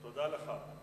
תודה לך.